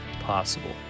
possible